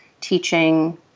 teaching